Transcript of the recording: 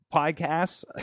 Podcasts